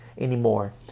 anymore